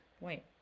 wait